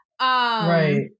Right